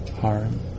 harm